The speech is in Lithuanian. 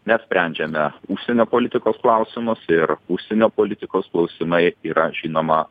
nesprendžiame užsienio politikos klausimus ir užsienio politikos klausimai yra žinoma